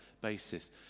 basis